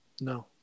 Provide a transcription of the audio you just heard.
No